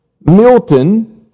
Milton